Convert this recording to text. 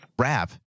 rap